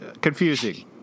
confusing